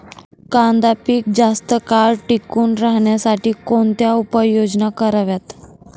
कांदा पीक जास्त काळ टिकून राहण्यासाठी कोणत्या उपाययोजना कराव्यात?